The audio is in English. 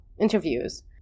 interviews